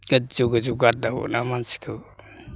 गोजौ गोजौ गारदावो ना मानसिखौ